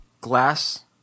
glass